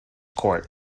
court